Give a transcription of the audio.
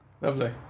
lovely